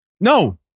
No